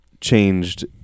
changed